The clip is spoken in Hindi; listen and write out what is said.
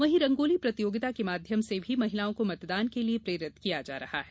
वहीं रंगोली प्रतियोगिता के माध्यम से भी महिलाओं को मतदान के लिये प्रेरित किया जा रहा है